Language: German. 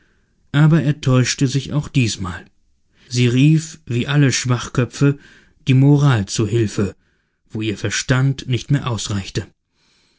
aber er täuschte sich auch diesmal sie rief wie alle schwachköpfe die moral zu hilfe wo ihr verstand nicht mehr ausreichte